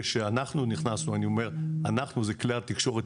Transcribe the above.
כשאנחנו נכנסנו אנחנו זה כלי התקשורת